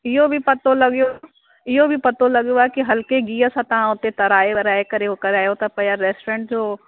इहो बि पतो लॻियो इहो बि पतो लॻियो आहे की हल्के गीहु सां तव्हां हुते तराए वराए करे हो करायो था पिया रेस्टोरेंट जो